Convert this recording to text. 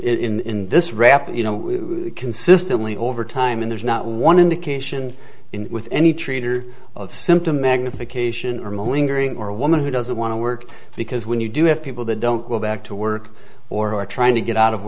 in this rap you know consistently over time and there's not one indication in with any treat or symptom magnification or moaning greeting or a woman who doesn't want to work because when you do have people that don't go back to work or are trying to get out of